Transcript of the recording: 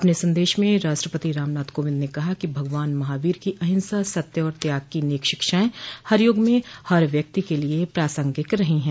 अपने संदेश में राष्ट्रपति रामनाथ कोविंद ने कहा कि भगवान महावीर की अंहिसा सत्य और त्याग की नेक शिक्षाएं हर यूग में हर व्यक्ति के लिए प्रासंगिक रही हैं